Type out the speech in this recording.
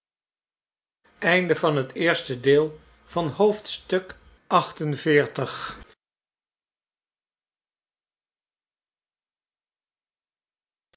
oosten van het westen van het